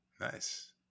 Nice